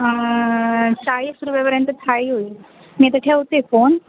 चाळीस रुपयापर्यंत थाळी होईल मी आता ठेवते फोन